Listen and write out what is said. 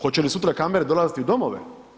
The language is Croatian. Hoće li sutra kamere dolaziti i u domove?